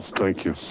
thank you.